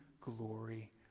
glory